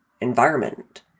environment